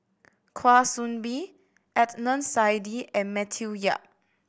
Kwa Soon Bee Adnan Saidi and Matthew Yap